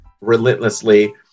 relentlessly